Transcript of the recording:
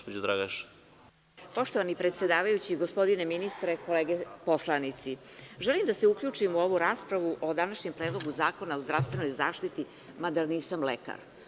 Poštovani predsedavajući, gospodine ministre, kolege poslanici, želim da se uključim u ovu raspravu o današnjem Predlogu zakona o zdravstvenoj zaštiti, mada nisam lekar.